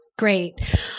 Great